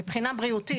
מבחינה בריאותית.